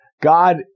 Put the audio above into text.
God